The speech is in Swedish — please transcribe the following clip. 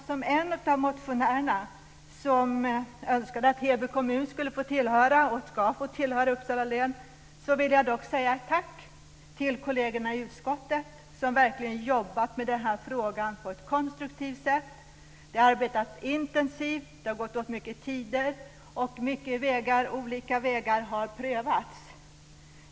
Som en av de motionärer som önskade att Heby kommun ska få tillhöra Uppsala län vill jag säga tack till kollegerna i utskottet, som verkligen jobbat med den här frågan på ett konstruktivt sätt. Det har arbetats intensivt. Det har gått åt mycket tid och många olika vägar har prövats.